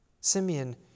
Simeon